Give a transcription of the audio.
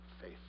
faith